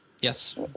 Yes